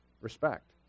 respect